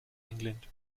england